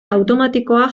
automatikoa